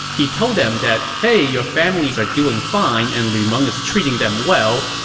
he told them that hey your families are doing fine and lu meng is treating them well,